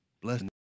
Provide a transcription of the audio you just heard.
Bless